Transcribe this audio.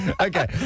Okay